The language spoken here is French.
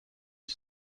ils